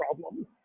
problem